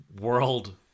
world